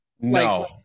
No